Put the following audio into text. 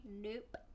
nope